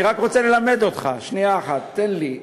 אני רק רוצה ללמד אותך, תן לי.